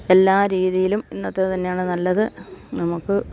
എല്ലാ രീതിയിലും ഇന്നത്തെ തന്നെയാണ് നല്ലത് നമുക്ക്